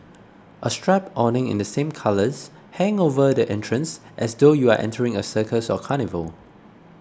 a striped awning in the same colours hang over the entrance as though you are entering a circus or carnival